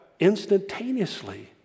instantaneously